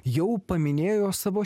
jau paminėjo savo